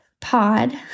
pod